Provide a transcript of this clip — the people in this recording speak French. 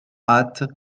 hâte